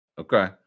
Okay